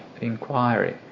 inquiry